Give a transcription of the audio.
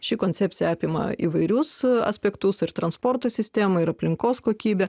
ši koncepcija apima įvairius aspektus ir transporto sistemą ir aplinkos kokybę